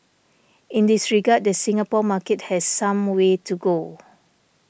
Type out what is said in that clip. in this regard the Singapore market has some way to go